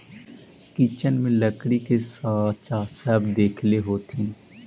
kitchen में लकड़ी के साँचा सब देखले होथिन